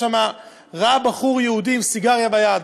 ראה בחור יהודי עם סיגריה ביד.